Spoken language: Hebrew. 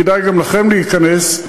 כדאי גם לכם להיכנס,